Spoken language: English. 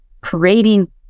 creating